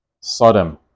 Sodom